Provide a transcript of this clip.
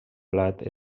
plat